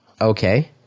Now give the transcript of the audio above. Okay